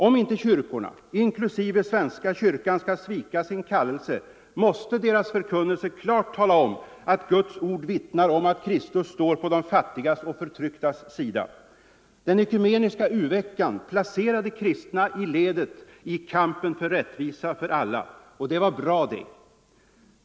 Om inte kyrkorna, inklusive svenska kyrkan, skall svika sin kallelse måste deras förkunnelse klart tala om att Guds ord vittnar Nr 124 om att Kristus står på de fattigas och förtrycktas sida. Den ekumeniska Tisdagen den u-veckan placerade kristna i ledet i kampen för rättvisa åt alla. Det var 19 november 1974 bra det!